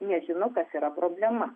nežino kas yra problema